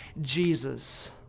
Jesus